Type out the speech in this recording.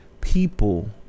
people